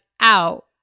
out